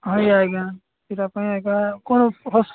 ହଁ ଆଜ୍ଞା ଆଜ୍ଞା ସେଇଟା ପାଇଁ ଆଜ୍ଞା କ'ଣ